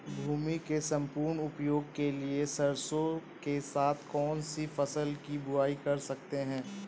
भूमि के सम्पूर्ण उपयोग के लिए सरसो के साथ कौन सी फसल की बुआई कर सकते हैं?